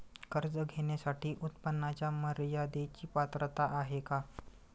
कर्ज घेण्यासाठी उत्पन्नाच्या मर्यदेची पात्रता आहे का?